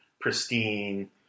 pristine